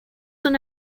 una